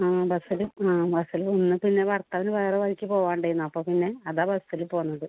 ആ ബസിൽ ആ ബസിൽ വന്നാൽ പിന്നെ ഭർത്താവിന് വേറെ വഴിക്ക് പോവാൻ ഉണ്ടായിന്നു അപ്പോൾ പിന്നെ അതാണ് ബസിൽ പോകുന്നത്